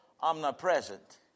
omnipresent